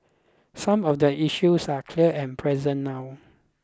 some of the issues are clear and present now